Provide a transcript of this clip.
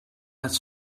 las